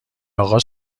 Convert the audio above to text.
اقا